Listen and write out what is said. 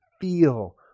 feel